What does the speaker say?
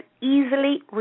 easily